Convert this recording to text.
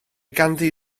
ganddi